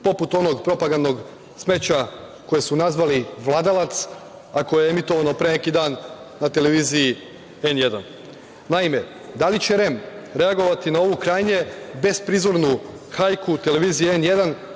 poput onog propagandnog smeća koji su nazvali „Vladalac“, a koji je emitovan pre neki dan na televiziji „N1“.Naime, da li će REM reagovati na ovu krajnje besprizornu hajku televizije „N1“,